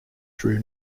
drew